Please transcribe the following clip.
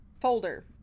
folder